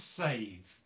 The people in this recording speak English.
save